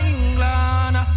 England